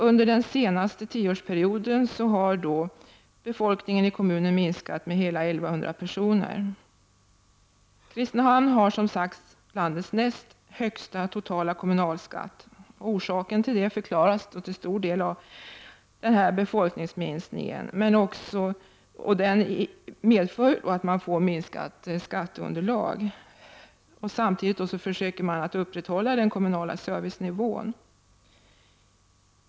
Under den senaste 10-årsperioden har befolkningen i kommunen minskat med 1 100 personer. Kristinehamn har som sagt landets näst högsta totala kommunalskatt. Orsaken till detta förklaras till stor del av befolkningsminskningen och det härigenom minskande skatteunderlaget, samtidigt som man försöker att upprätthålla den kommunala servicenivån.